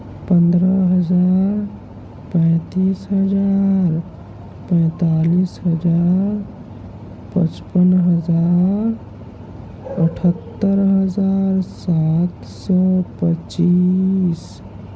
پندرہ ہزار پینتیس ہزار پینتالیس ہزار پچپن ہزار اٹھہتر ہزار سات سو پچیس